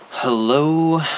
Hello